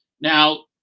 now